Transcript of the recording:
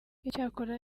icyakora